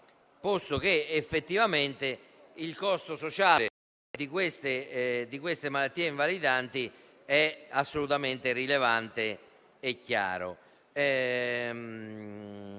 posto che effettivamente il costo sociale di queste malattie invalidanti è assolutamente rilevante e chiaro.